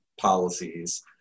Policies